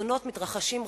אסונות מתרחשים רחוק,